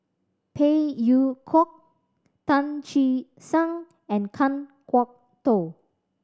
Phey Yew Kok Tan Che Sang and Kan Kwok Toh